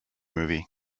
movie